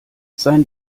sein